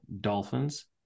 Dolphins